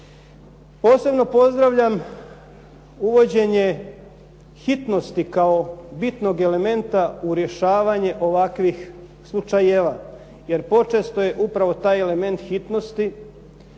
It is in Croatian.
Posebno pozdravljam uvođenje hitnosti kao bitnog elementa u rješavanju ovakvih slučajeva jer počesto je upravo taj element hitnosti